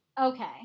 Okay